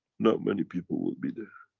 not many people will be there.